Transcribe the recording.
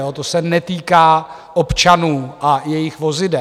To se netýká občanů a jejich vozidel.